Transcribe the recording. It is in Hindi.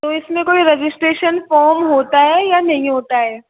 तो इसमें कोई रजिस्ट्रैशन फोम होता है या नहीं होता है